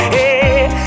Hey